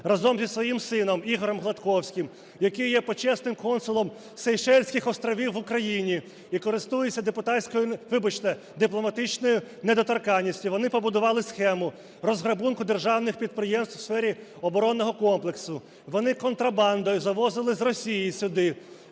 разом зі своїм сином Ігорем Гладковським, який є почесним консулом Сейшельських Островів в Україні і користується депутатською… вибачте, дипломатичною недоторканністю, вони побудували схему розграбунку державних підприємств у сфері оборонного комплексу. Вони контрабандою завозили з Росії сюди